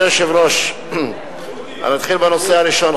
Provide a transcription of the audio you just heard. אדוני היושב-ראש, אני אתחיל בנושא הראשון.